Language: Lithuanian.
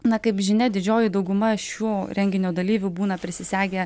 na kaip žinia didžioji dauguma šio renginio dalyvių būna prisisegę